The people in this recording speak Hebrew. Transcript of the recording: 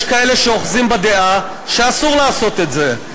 יש כאלה שאוחזים בדעה שאסור לעשות את זה,